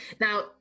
now